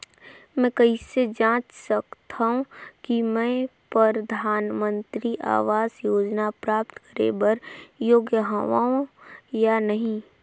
मैं कइसे जांच सकथव कि मैं परधानमंतरी आवास योजना प्राप्त करे बर योग्य हववं या नहीं?